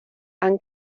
han